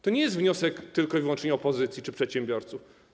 To nie jest wniosek tylko i wyłącznie opozycji czy przedsiębiorców.